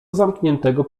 zamkniętego